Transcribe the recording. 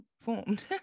formed